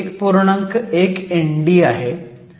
1 ND आहे आणि p हा 0